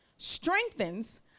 strengthens